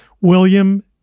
William